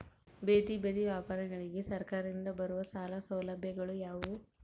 ಬೇದಿ ಬದಿ ವ್ಯಾಪಾರಗಳಿಗೆ ಸರಕಾರದಿಂದ ಬರುವ ಸಾಲ ಸೌಲಭ್ಯಗಳು ಯಾವುವು?